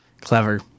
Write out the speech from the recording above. Clever